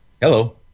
Hello